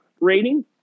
rating